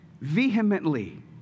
vehemently